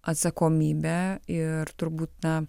atsakomybę ir turbūt na